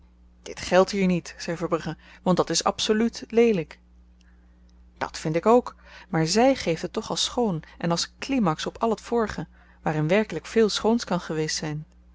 dit geldt hier niet zei verbrugge want dat is absoluut leelyk dat vind ik ook maar zy geeft het toch als schoon en als climax op al t vorige waarin werkelyk veel schoons kan geweest zyn